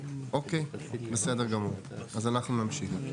אז אנחנו נמשיך.